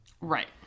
Right